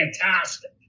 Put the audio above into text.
fantastic